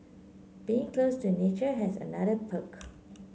being close to a nature has another perk